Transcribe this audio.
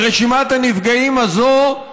ברשימת הנפגעים הזאת,